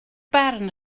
barn